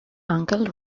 uncle